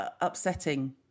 upsetting